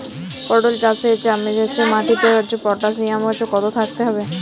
পটল চাষে মাটিতে পটাশিয়াম কত থাকতে হবে?